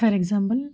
for example